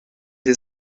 des